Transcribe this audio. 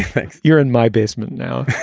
thanks. you're in my basement now